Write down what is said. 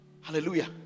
Hallelujah